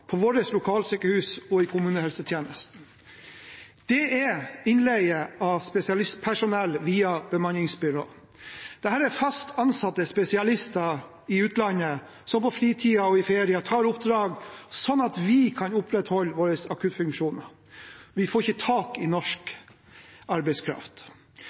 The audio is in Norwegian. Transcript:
på vårt lokalsykehus og i kommunehelsetjenesten. Det er grunnet innleie av spesialistpersonell via bemanningsbyrå. Dette er fast ansatte spesialister i utlandet som på fritid og i ferier tar oppdrag slik at vi kan opprettholde våre akuttfunksjoner. Vi får ikke tak i norsk arbeidskraft.